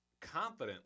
confidently